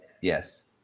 Yes